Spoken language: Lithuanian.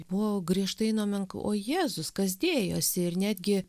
buvo griežtai nomenk o jėzus kas dėjosi ir netgi